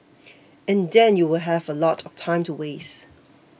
and then you will have a lot of time to waste